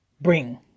bring